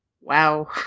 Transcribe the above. wow